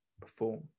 perform